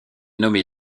nommé